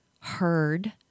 Heard